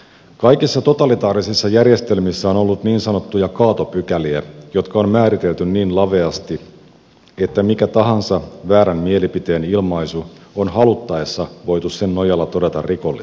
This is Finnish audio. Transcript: kaikissa totalitaarisissa järjestelmissä on ollut niin sanottuja kaatopykäliä jotka on määritelty niin laveasti että mikä tahansa väärän mielipiteen ilmaisu on haluttaessa voitu sen nojalla todeta rikolliseksi